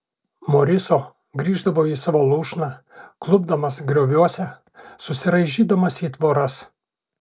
moriso grįždavo į savo lūšną klupdamas grioviuose susiraižydamas į tvoras